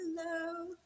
hello